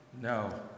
no